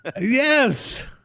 Yes